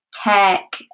tech